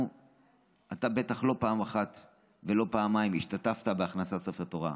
אתה בטח לא פעם אחת ולא פעמיים השתתפת בהכנסת ספר תורה,